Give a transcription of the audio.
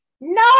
No